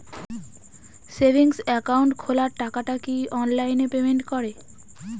Savings account খোলা টাকাটা কি অনলাইনে পেমেন্ট করে?